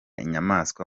inyamaswa